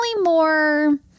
more